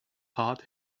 heart